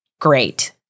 great